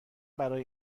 برای